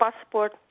passport